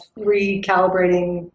recalibrating